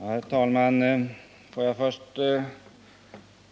Herr talman! Låt mig först